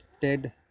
Ted